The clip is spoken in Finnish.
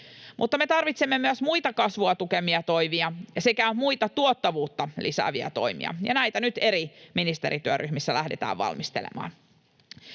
Mutta me tarvitsemme myös muita kasvua tukevia toimia sekä muita tuottavuutta lisääviä toimia, ja näitä nyt eri ministerityöryhmissä lähdetään valmistelemaan.